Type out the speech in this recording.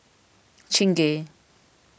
Chingay